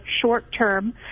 short-term